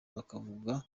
bakavuga